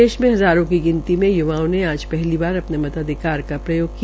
प्रदेश में हजारों की गिनती में य्वाओं ने आज पहली बार अपने मताधिकार का प्रयाण किया